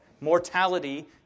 Mortality